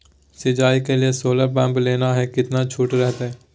सिंचाई के लिए सोलर पंप लेना है कितना छुट रहतैय?